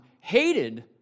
hated